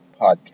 podcast